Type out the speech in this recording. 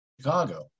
Chicago